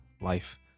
life